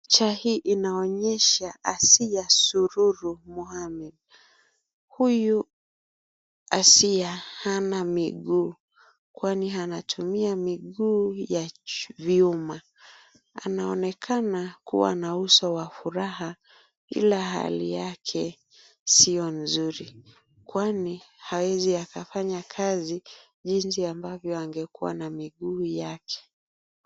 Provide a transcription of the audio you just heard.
Picha hii inaonyesha Asia Sururu Mohammed. Huyu Asia hana miguu, kwani anatumia miguu ya vyuma. Anaonekana kuwa na uso wa furaha ila hali yake sio nzuri kwani hawezi akafanya kazi jinsi ambavyo angekuwa na miguu yake.